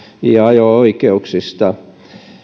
ja ajo oikeuksista